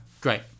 Great